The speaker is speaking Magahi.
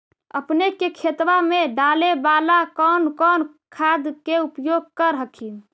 अपने के खेतबा मे डाले बाला कौन कौन खाद के उपयोग कर हखिन?